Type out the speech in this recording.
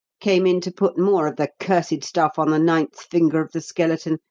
came in to put more of the cursed stuff on the ninth finger of the skeleton,